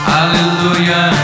Hallelujah